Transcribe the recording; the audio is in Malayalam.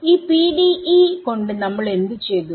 ഈ PDE കൊണ്ട് നമ്മൾ എന്ത് ചെയ്തു